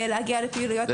להגיע לפעילויות בית ספריות.